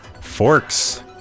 Forks